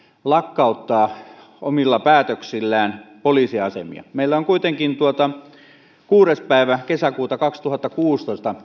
lakkauttaa omilla päätöksillään poliisiasemia meillä on kuitenkin silloisen sisäministeri orpon kuudes päivä kesäkuuta kaksituhattakuusitoista